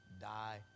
die